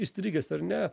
įstrigęs ar ne